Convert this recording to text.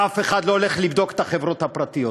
אף אחד לא הולך לבדוק את החברות הפרטיות.